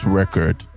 record